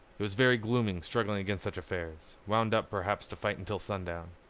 it was very gloomy struggling against such affairs, wound up perhaps to fight until sundown.